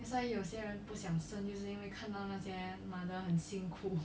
that's why 有些人不想生因为看到那些 mother 很辛苦